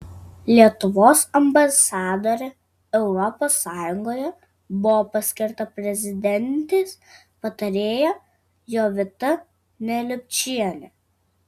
lietuvos ambasadore europos sąjungoje buvo paskirta prezidentės patarėja jovita neliupšienė